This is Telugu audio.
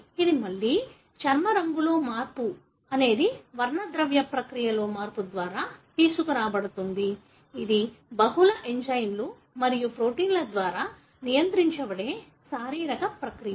ఇది మళ్లీ చర్మం రంగులో మార్పు అనేది వర్ణద్రవ్య ప్రక్రియలో మార్పు ద్వారా తీసుకురాబడుతుంది ఇది బహుళ ఎంజైమ్లు మరియు ప్రోటీన్ల ద్వారా నియంత్రించబడే శారీరక ప్రక్రియ